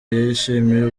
yishimira